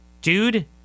dude